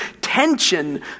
tension